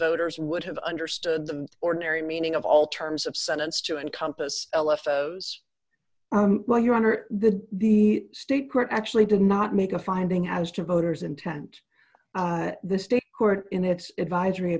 voters would have understood the ordinary meaning of all terms of sentence to encompass well your honor the the state court actually did not make a finding as to voter's intent the state court in its advisory